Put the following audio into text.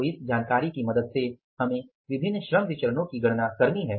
तो इस जानकारी की मदद से हमें विभिन्न श्रम विचरणो की गणना करनी है